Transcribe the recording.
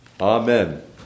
Amen